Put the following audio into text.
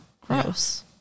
gross